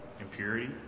impurity